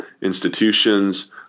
institutions